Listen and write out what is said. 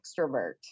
extrovert